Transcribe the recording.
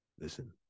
Listen